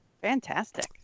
Fantastic